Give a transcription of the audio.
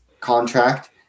contract